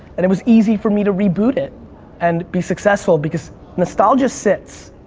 and it was easy for me to reboot it and be successful because nostalgia sits,